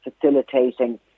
facilitating